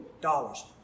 dollars